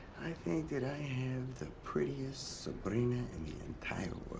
think that i have the prettiest sobrina in